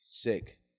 Sick